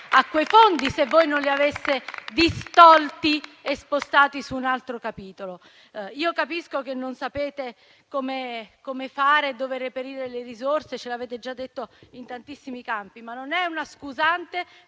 a quei fondi se voi non li aveste distolti e spostati su un altro capitolo. Capisco che non sapete come fare e dove reperire le risorse - ce l'avete già detto - in tantissimi campi, ma non è una scusante